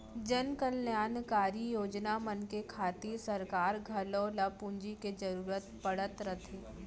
जनकल्यानकारी योजना मन के खातिर सरकार घलौक ल पूंजी के जरूरत पड़त रथे